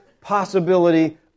possibility